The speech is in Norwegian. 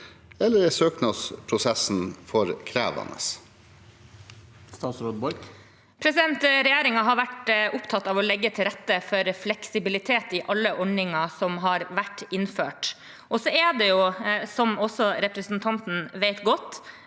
eller er søknadsprosessen for krevende? Statsråd Sandra Borch Regjeringen har vært opptatt av å legge til rette for fleksibilitet i alle ordninger som har vært innført. Så er dette, som også representanten vet godt,